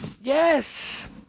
Yes